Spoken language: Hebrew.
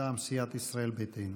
מטעם סיעת ישראל ביתנו.